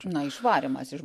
na išvarymas iš